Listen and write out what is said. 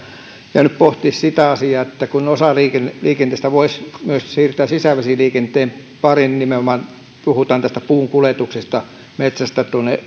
jäänyt pohtimaan sitä asiaa että jos osan liikenteestä voisi siirtää sisävesiliikenteen pariin nimenomaan kun puhutaan puunkuljetuksesta metsästä